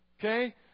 Okay